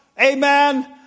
Amen